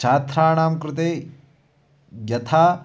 छात्राणां कृते यथा